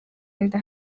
inda